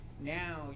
now